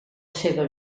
seva